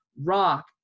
rock